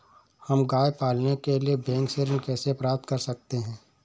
हम गाय पालने के लिए बैंक से ऋण कैसे प्राप्त कर सकते हैं?